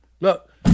Look